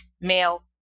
male